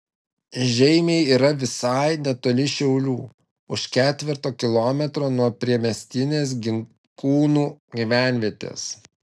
žeimiai yra visai netoli šiaulių už ketverto kilometrų nuo priemiestinės ginkūnų gyvenvietės